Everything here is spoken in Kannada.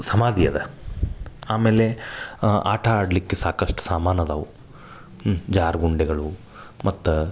ಸಮಾಧಿ ಅದ ಆಮೇಲೆ ಆಟ ಆಡಲಿಕ್ಕೆ ಸಾಕಷ್ಟು ಸಾಮಾನು ಅದಾವು ಹ್ಞೂ ಜಾರುಗುಂಡೆಗಳು ಮತ್ತು